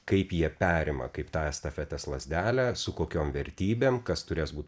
kaip jie perima kaip tą estafetės lazdelę su kokiom vertybėm kas turės būt